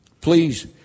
Please